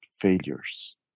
failures